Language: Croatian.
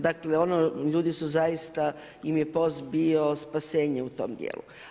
Dakle ono ljudi su zaista im je POS bio spasenje u tom dijelu.